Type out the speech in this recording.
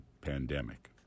pandemic